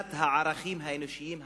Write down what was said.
רמיסת הערכים האנושיים הבסיסיים.